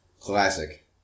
Classic